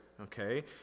okay